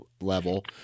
level